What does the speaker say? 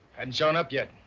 and shown up yet.